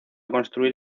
construir